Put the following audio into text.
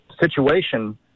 situation